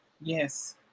yes